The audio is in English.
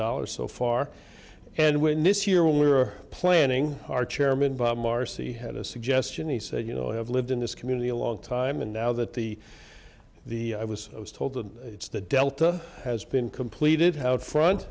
dollars so far and when this year when we were planning our chairman bob marcy had a suggestion he said you know i have lived in this community a long time and now that the the i was told them it's the delta has been completed have front